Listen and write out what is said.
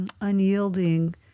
unyielding